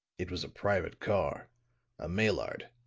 it was a private car a maillard,